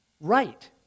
right